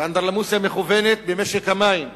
ואנדרלמוסיה מכוונת במשק המים